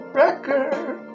record